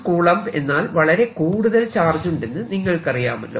1 C എന്നാൽ വളരെ കൂടുതൽ ചാർജുണ്ടെന്നു നിങ്ങൾക്കറിയാമല്ലോ